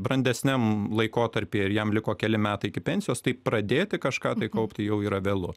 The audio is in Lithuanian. brandesniam laikotarpy ir jam liko keli metai iki pensijos tai pradėti kažką tai kaupti jau yra vėlu